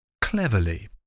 cleverly